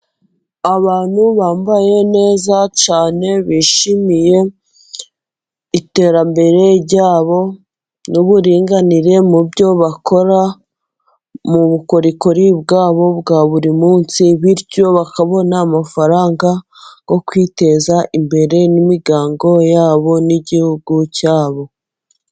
Abantu bambaye neza cyane bishimiye iterambere ryabo n'uburinganire mubyo bakora, mu bukorikori bwabo bwa buri munsi, bityo bakabona amafaranga yo kwiteza imbere n'imiryango yabo n'igihugu cyabo.